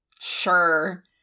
Sure